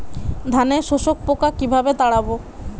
ধানে শোষক পোকা কিভাবে তাড়াব?